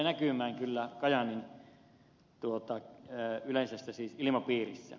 se tulee näkymään kyllä kajaanin yleisessä ilmapiirissä